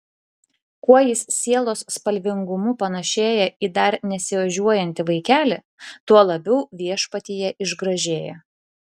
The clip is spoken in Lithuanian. kuo jis sielos spalvingumu panašėja į dar nesiožiuojantį vaikelį tuo labiau viešpatyje išgražėja